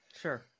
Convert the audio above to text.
Sure